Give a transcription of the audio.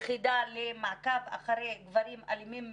יחידה למעקב אחרי גברים אלימים ומסוכנים,